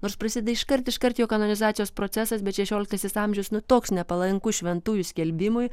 nors prasideda iškart iškart jo kanonizacijos procesas bet šešioliktasis amžius nu toks nepalankus šventųjų skelbimui